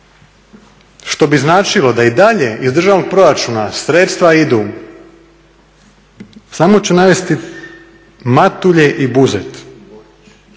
što bi značilo da i dalje iz državnog proračuna sredstva idu. Samo ću navesti Matulje i Buzet.